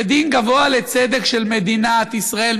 בית-הדין גבוה לצדק של מדינת ישראל,